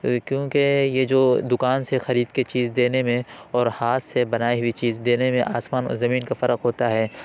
کیونکہ یہ جو دکان سے خرید کے چیز دینے میں اور ہاتھ سے بنائی ہوئی چیز دینے میں آسمان اور زمین کا فرق ہوتا ہے